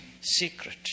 secret